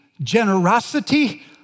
generosity